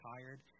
tired